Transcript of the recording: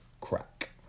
crack